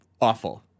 awful